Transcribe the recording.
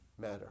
matter